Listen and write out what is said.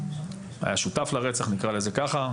היה שותף לרצח, נקרא לזה ככה.